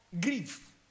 grief